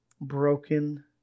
broken